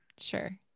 Sure